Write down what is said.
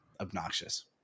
obnoxious